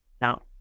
Now